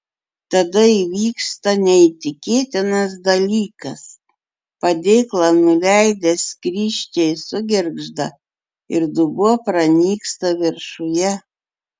tada įvyksta neįtikėtinas dalykas padėklą nuleidę skrysčiai sugirgžda ir dubuo pranyksta viršuje